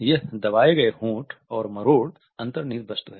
यह दबाए गए होंठ और मरोड़ अन्तर्निहित वस्तु है